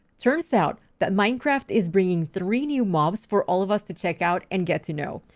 turns out that minecraft is bringing three new mobs for all of us to check out and get to know.